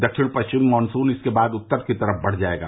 दक्षिण परिचम मॉनसून इसके बाद उत्तर की तरफ बढ़ जायेगा